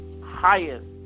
highest